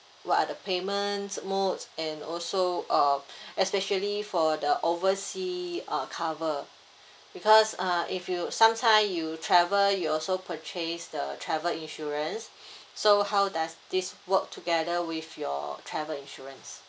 what are the payment modes and also uh especially for the oversea uh cover because uh if you sometime you travel you also purchase the travel insurance so how does this work together with your travel insurance